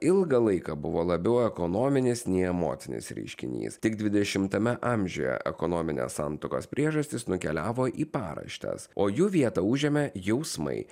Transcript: ilgą laiką buvo labiau ekonominis nei emocinis reiškinys tik dvidešimtame amžiuje ekonominės santuokos priežastys nukeliavo į paraštes o jų vietą užėmė jausmai